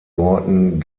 worten